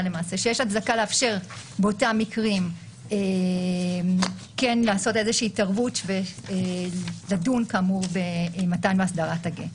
שיש הצדקה לאפשר באותם מקרים איזושהי התערבות ולדון במתן והסדרת הגט.